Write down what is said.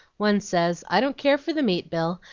one says, i don't care for the meat, bill,